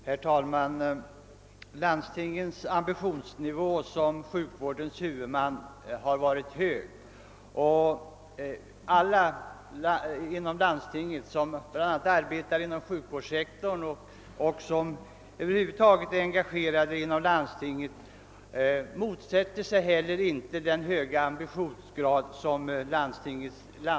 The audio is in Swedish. Herr talman! Ambitionsnivån hos landstingen som sjukvårdens huvudmän har varit hög, och de som arbetar inom sjukvårdssektorn och de som är engagerade inom landstingen motsätter sig inte denna höga ambitionsgrad.